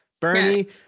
Bernie